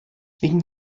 wegen